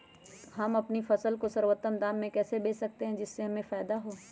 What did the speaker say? हम अपनी फसल को सर्वोत्तम दाम में कैसे बेच सकते हैं जिससे हमें फायदा हो?